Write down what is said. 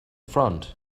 front